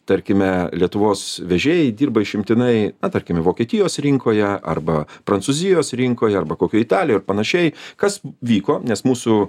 tarkime lietuvos vežėjai dirba išimtinai na tarkime vokietijos rinkoje arba prancūzijos rinkoje arba kokioj italijoj ar panašiai kas vyko nes mūsų